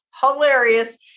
hilarious